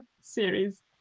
series